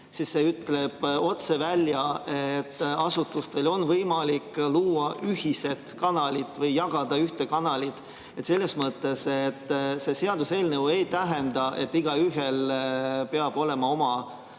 siis see ütleb otse välja, et asutustel on võimalik luua ühised kanalid või jagada ühte kanalit. Selles mõttes see seaduseelnõu ei tähenda, et igaühel peab olema oma